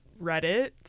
reddit